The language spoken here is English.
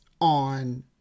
on